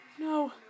No